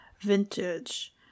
Vintage